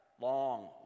long